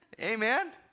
Amen